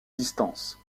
distance